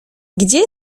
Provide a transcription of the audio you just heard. gdzie